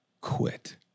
quit